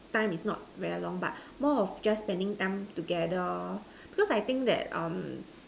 time is not very long but more of just spending time together cause I think that um